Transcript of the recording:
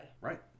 Right